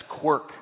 quirk